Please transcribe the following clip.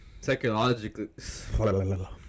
Psychologically